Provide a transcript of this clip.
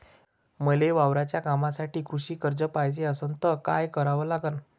मले वावराच्या कामासाठी कृषी कर्ज पायजे असनं त काय कराव लागन?